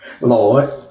Lord